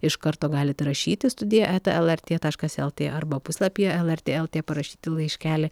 iš karto galit rašyti studija eta lrt taškas lt arba puslapyje lrt lt parašyti laiškelį